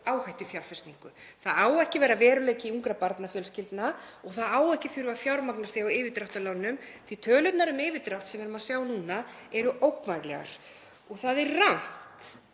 áhættufjárfestingu. Það á ekki að vera veruleiki ungra barnafjölskyldna og það á ekki að þurfa að fjármagna sig á yfirdráttarlánum því að tölurnar um yfirdrátt sem við erum að sjá núna eru ógnvænlegar. Það er rangt